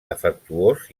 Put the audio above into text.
afectuós